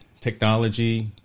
technology